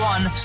One